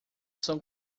são